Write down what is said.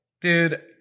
Dude